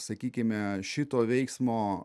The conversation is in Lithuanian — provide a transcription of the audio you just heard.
sakykime šito veiksmo